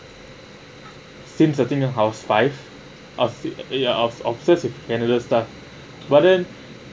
seems the thing a house five I'll see ya obsess with canada stuff but then